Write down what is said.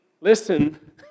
listen